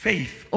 Faith